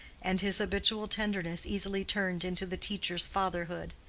and his habitual tenderness easily turned into the teacher's fatherhood.